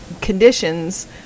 conditions